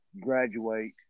graduate